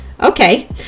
okay